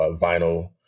vinyl